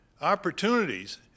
opportunities